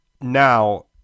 now